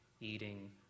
eating